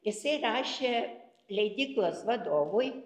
jisai rašė leidyklos vadovui